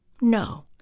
No